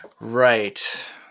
Right